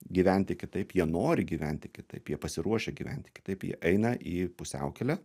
gyventi kitaip jie nori gyventi kitaip jie pasiruošę gyventi kitaip jie eina į pusiaukelę